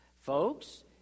folks